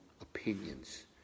opinions